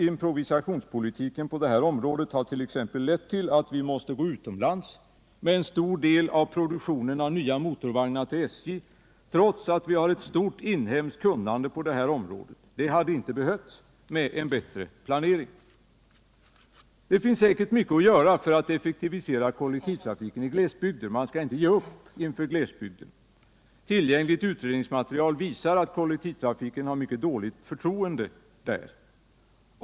Improvisationspolitiken på det här området har t.ex. lett till att vi måste gå utomlands med en stor del av produktionen av nya motorvagnar till SJ, trots att vi har ett stort inhemskt kunnande på det här området. Det hade inte behövts med en bättre planering. Det finns säkert mycket att göra för att effektivisera kollektivtrafiken i glesbygderna. Man skall inte ge upp inför glesbygden. Tillgängligt utredningsmaterial visar att kollektivtrafiken har mycket dåligt förtroende där.